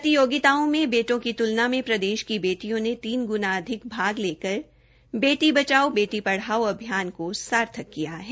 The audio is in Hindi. प्रतियोगिताओं में बेटों की त्लना में प्रदेश की बेटियों ने तीन ग्ना अधिक भाग लेकर बेटी बचाओ बेटी पढ़ाओ अभियान को सार्थक किया है